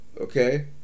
Okay